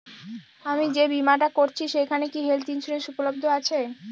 আমি যে বীমাটা করছি সেইখানে কি হেল্থ ইন্সুরেন্স উপলব্ধ আছে?